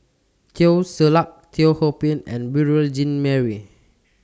Teo Ser Luck Teo Ho Pin and Beurel Jean Marie